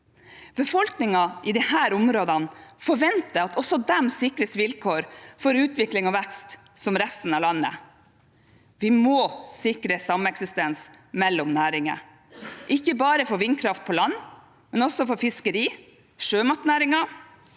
Befolkningen i disse områdene forventer at også de sikres vilkår for utvikling og vekst, som resten av landet. Vi må sikre sameksistens mellom næringer, ikke bare for vindkraft på land, men også for fiskeri, sjømatnæringen,